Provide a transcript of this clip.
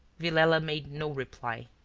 villela made no reply.